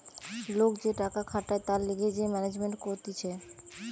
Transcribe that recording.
লোক যে টাকা খাটায় তার লিগে যে ম্যানেজমেন্ট কতিছে